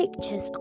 pictures